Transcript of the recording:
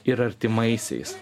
ir artimaisiais